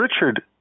Richard